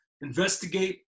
investigate